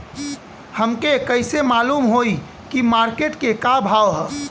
हमके कइसे मालूम होई की मार्केट के का भाव ह?